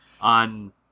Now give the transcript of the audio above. on